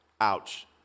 Ouch